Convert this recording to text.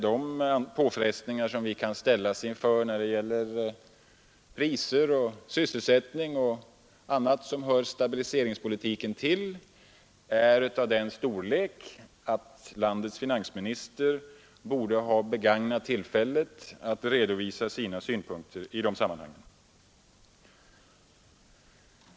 De påfrestningar som vi kan ställas inför när det gäller priser, sysselsättning och annat som hör stabiliseringspolitiken till är av den storlek att landets finansminister borde ha begagnat tillfället att redovisa sina synpunkter i sammanhanget.